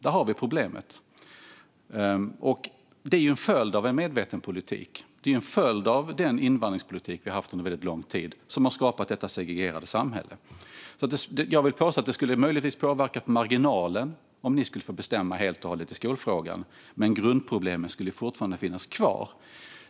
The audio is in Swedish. Där har vi problemet, och det är en följd av en medveten politik. Det är en följd av den invandringspolitik vi haft under väldigt lång tid. Den har skapat detta segregerade samhälle. Jag vill påstå att det möjligtvis skulle påverka på marginalen om Socialdemokraterna skulle få bestämma helt och hållet i skolfrågan. Grundproblemet skulle fortfarande finnas kvar.